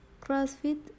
CrossFit